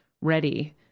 ready